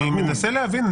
אני מנסה להבין.